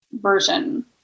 version